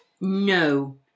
No